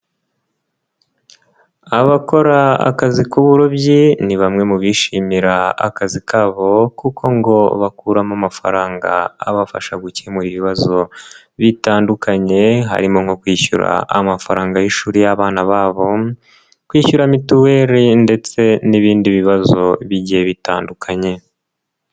Abakora akazi k'uburobyi ni bamwe mu bishimira akazi kabo kuko ngo bakuramo amafaranga abafasha gukemura ibibazo bitandukanye harimo nko kwishyura amafaranga y'ishuri y'abana babo, kwishyura mituweli ndetse n'ibindi bibazo bigiye bitandukanye.